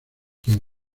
quien